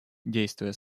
действуя